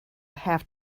have